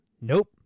Nope